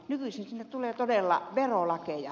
nykyisin sinne tulee todella verolakeja